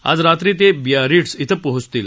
आज रात्री ते बियारिट्झ इथं पोहोचतील